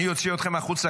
אני אוציא אתכם החוצה,